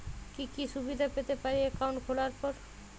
কি কি সুবিধে পেতে পারি একাউন্ট খোলার পর?